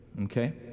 okay